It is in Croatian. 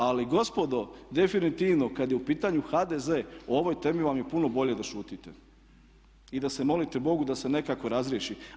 Ali gospodo, definitivno kad je u pitanju HDZ o ovoj temi vam je puno bolje da šutite i da se molite bogu da se nekako razriješi.